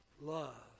love